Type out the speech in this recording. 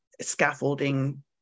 scaffolding